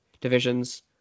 divisions